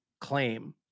claim